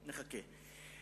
נחכה.